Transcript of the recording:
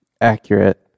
accurate